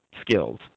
Skills